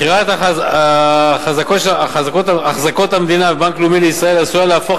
מכירות אחזקות המדינה בבנק לאומי לישראל עשויה להפוך